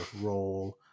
role